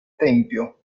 tempio